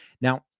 Now